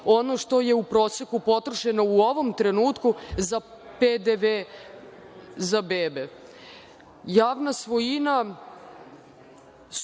ono što je u proseku potrošeno u ovom trenutku za PDV za bebe. Javna